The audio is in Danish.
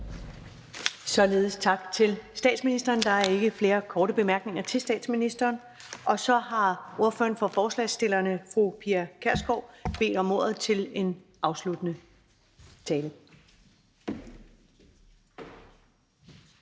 Ellemann): Tak til statsministeren. Der er ikke flere korte bemærkninger til statsministeren. Så har ordføreren for forespørgerne, fru Pia Kjærsgaard, bedt om ordet til en afsluttende tale.